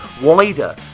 wider